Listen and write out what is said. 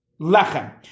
Lechem